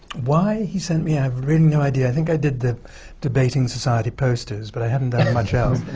why he sent me, i have really no idea. i think i did the debating society posters, but i hadn't done much else.